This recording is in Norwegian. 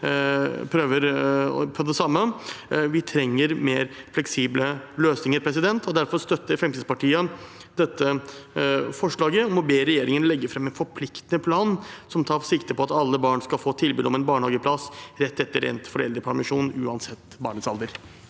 nå prøver på det samme. Vi trenger mer fleksible løsninger. Derfor støtter Fremskrittspartiet forslaget om å be regjeringen legge fram en forpliktende plan som tar sikte på at alle barn skal få tilbud om en barnehageplass rett etter endt foreldrepermisjon, uansett barnets alder.